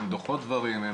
הן דוחות דברים.